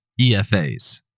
EFAs